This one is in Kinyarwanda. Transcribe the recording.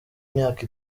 imyaka